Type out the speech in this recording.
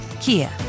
Kia